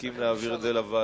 נסכים להעביר את זה לוועדה.